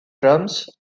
drums